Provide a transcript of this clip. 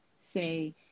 say